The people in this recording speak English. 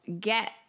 get